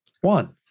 one